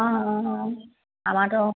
অঁ অঁ আমাৰটো